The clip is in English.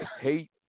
hate